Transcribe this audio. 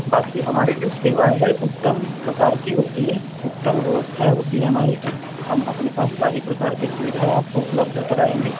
बाकी हमारी जो सेवा है उत्तम प्रकार की होती है उत्तम व्यवस्थाएं होती है हमारी हम अपने पास सारी प्रकार की सुविधाएं आपको उपलब्ध कराएंगे